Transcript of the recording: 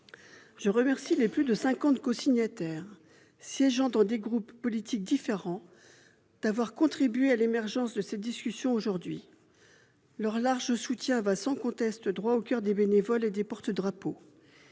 Je remercie les plus de cinquante cosignataires du texte, siégeant dans différents groupes politiques, d'avoir contribué à l'émergence de cette discussion aujourd'hui. Leur large soutien va, sans conteste, droit au coeur des bénévoles et des porte-drapeaux.